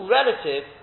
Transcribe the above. relative